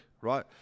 right